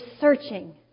searching